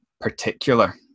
particular